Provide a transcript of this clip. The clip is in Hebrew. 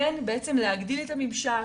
כן בעצם להגדיל את הממשק,